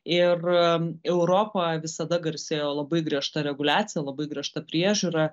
ir europa visada garsėjo labai griežta reguliacija labai griežta priežiūra